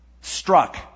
Struck